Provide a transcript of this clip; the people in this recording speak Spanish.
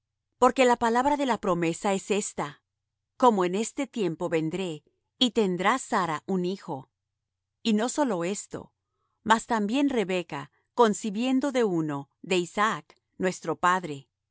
porque la palabra de la promesa es esta como en este tiempo vendré y tendrá sara un hijo y no sólo esto mas también rebeca concibiendo de uno de isaac nuestro padre